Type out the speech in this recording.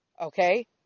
Okay